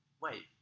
Wait